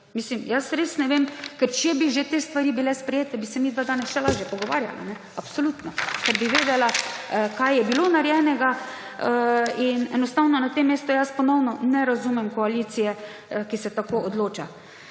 Jaz res ne vem, ker če bi že te stvari bile sprejete, bi se midva danes še lažje pogovarjala, absolutno, ker bi vedela, kaj je bilo narejenega. In enostavno na tem mestu jaz ponovno ne razumem koalicije, ki se tako odloča.